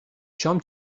شام